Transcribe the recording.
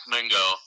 Mingo